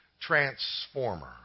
transformer